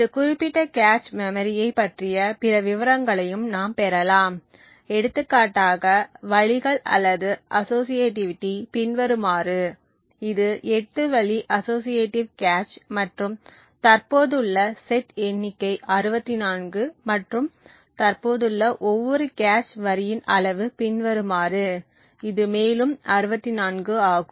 இந்த குறிப்பிட்ட கேச் மெமரியைப் பற்றிய பிற விவரங்களையும் நாம் பெறலாம் எடுத்துக்காட்டாக வழிகள் அல்லது அஸோஸியேட்டிவிட்டி பின்வருமாறு இது 8 வழி அஸோஸியேடிவ் கேச் மற்றும் தற்போதுள்ள செட் எண்ணிக்கை 64 மற்றும் தற்போதுள்ள ஒவ்வொரு கேச் வரியின் அளவு பின்வருமாறு இது மேலும் 64 ஆகும்